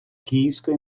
київської